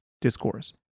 discourse